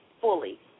fully